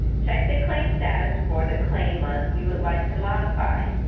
check the claim status for the claim month you would like to modify.